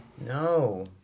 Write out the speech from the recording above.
No